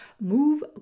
Move